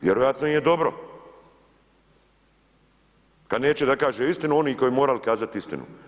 Vjerojatno im je dobro kad neće da kaže istinu oni koji bi morali kazati istinu.